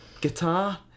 Guitar